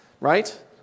right